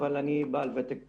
אבל אני בעל ותק